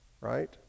Right